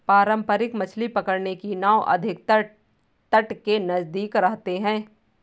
पारंपरिक मछली पकड़ने की नाव अधिकतर तट के नजदीक रहते हैं